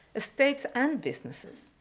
ah states and businesses,